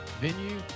venue